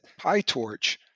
PyTorch